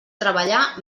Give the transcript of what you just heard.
treballar